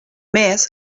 més